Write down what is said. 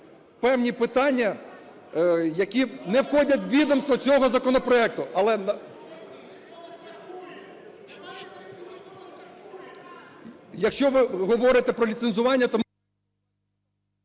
певні питання, які не входять у відомство цього законопроекту.